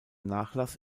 nachlass